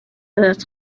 ازت